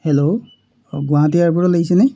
hello অঁ গুৱাহাটী এয়াৰপোৰ্টত লাগিছেনে